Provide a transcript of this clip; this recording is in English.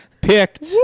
picked